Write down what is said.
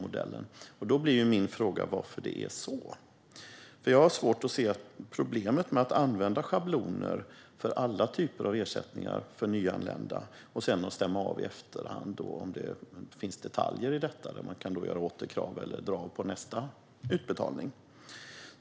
Jag har svårt att se att det skulle finnas något problem med att använda schabloner för alla typer av ersättningar för nyanlända för att sedan stämma av i efterhand om det finns detaljer som man behöver göra återkrav för eller som kan dras på nästan utbetalning.